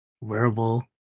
wearable